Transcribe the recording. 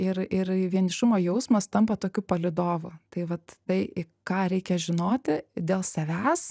ir ir vienišumo jausmas tampa tokiu palydovu tai vat tai į ką reikia žinoti dėl savęs